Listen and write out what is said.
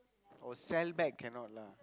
oh sell back cannot lah